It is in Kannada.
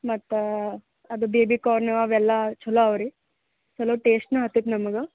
ಮತ್ತೆ ಅದು ಬೇಬಿ ಕಾರ್ನ್ ಅವೆಲ್ಲ ಛಲೋ ಅವೆ ರೀ ಛಲೋ ಟೇಸ್ಟಾ ಆತೈತ್ ನಮ್ಗೆ